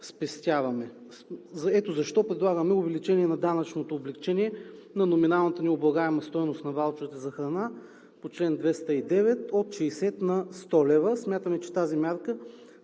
спестяване. Ето защо предлагаме увеличение на данъчното облекчение на номиналната необлагаема стойност на ваучерите за храна по чл. 209 от 60 на 100 лв. Смятаме, че тази мярка